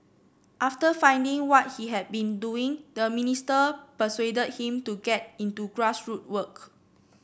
after finding what he had been doing the minister persuaded him to get into grass root work